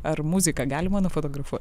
ar muziką galima nufotografuot